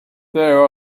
there